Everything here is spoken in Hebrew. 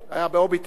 אמרו לו,